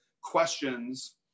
questions